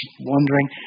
wondering